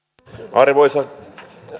arvoisa